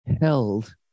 held